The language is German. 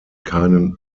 keinen